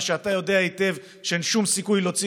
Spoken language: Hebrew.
ואתה יודע היטב שאין שום סיכוי להוציא